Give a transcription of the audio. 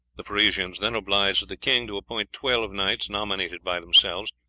the parisians then obliged the king to appoint twelve knights, nominated by themselves,